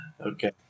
okay